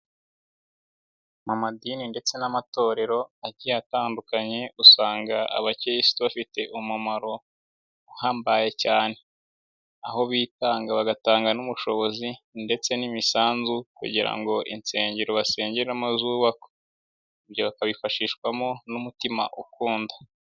Mu madini ndetse n'amatorero agiye atandukanye usanga abakiririsito bafite umumaro uhambaye cyane. Aho bitanga bagatanga n'ubushobozi ndetse n'imisanzu kugira ngo insengero basengeramo zubakwe. Ibyo bakabifashishwamo n'umutima ukunda.